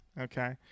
okay